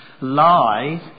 lies